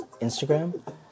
Instagram